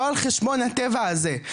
לא על חשבון הטבע הזה.